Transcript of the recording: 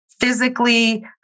physically